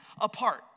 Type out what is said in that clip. apart